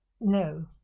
No